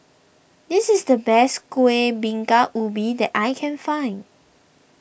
this is the best Kuih Bingka Ubi that I can find